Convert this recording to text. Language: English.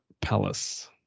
Palace